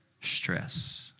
stress